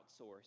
outsource